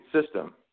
system